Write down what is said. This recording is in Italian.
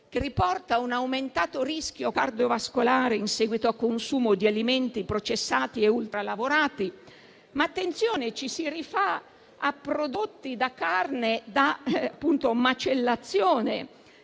che riporta un aumentato rischio cardiovascolare in seguito al consumo di alimenti processati e ultralavorati, ma - attenzione! - ci si rifà a prodotti da carne da macellazione,